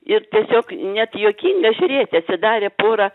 ir tiesiog net juokinga žiūrėti atsidarė pora